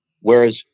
Whereas